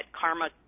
karma